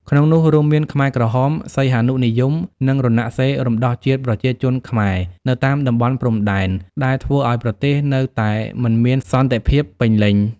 ក្នុងនោះ រួមមានខ្មែរក្រហម សីហនុនិយម និង រណសិរ្សរំដោះជាតិប្រជាជនខ្មែរ នៅតាមតំបន់ព្រំដែន ដែលធ្វើឱ្យប្រទេសនៅតែមិនមានសន្តិភាពពេញលេញ។